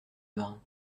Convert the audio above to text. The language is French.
marin